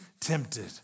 tempted